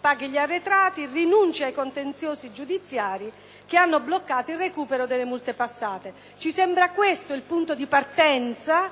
pagare gli arretrati e rinunciare ai contenziosi giudiziari che hanno bloccato il recupero delle multe passate. Ci sembra questo il punto di partenza